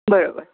બરોબર